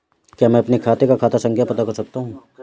क्या मैं अपने खाते का खाता संख्या पता कर सकता हूँ?